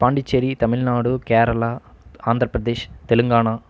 Pondicherry Tamil Nadu Kerala Andhra Pradesh Telangana